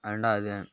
ரெண்டாவது